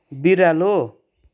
बिरालो